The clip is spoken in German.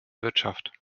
wirtschaft